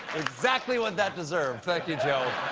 exactly what that deserved, thank you, joe.